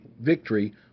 victory